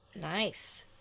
Nice